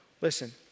Listen